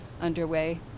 underway